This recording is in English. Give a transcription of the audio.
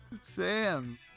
Sam